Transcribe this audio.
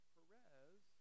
Perez